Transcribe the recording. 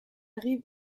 rive